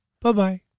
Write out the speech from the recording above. Bye-bye